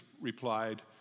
replied